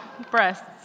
Breasts